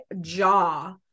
jaw